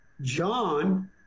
John